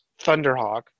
Thunderhawk